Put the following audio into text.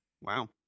Wow